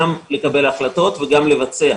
גם לקבל החלטות וגם לבצע.